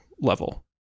level